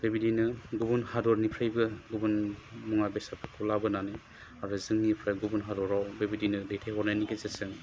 बेबायदिनो गुबुन हादरनिफ्रायबो गुबुन मुवा बेसादफोरखौ लाबोनानै आरो जोंनिफ्राय गुबुन हादराव बेबायदिनो दैथाइ हरनायनि गेजेरजों